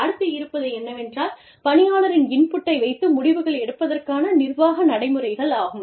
அடுத்து இருப்பது என்னவென்றால் பணியாளரின் இன்புட்டை வைத்து முடிவுகள் எடுப்பதற்கான நிர்வாக நடைமுறைகள் ஆகும்